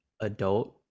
adult